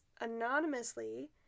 anonymously